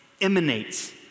emanates